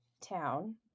town